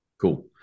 Cool